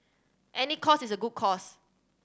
any cause is a good cause